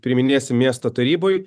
priiminėsim miesto taryboj